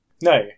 No